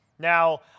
Now